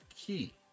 key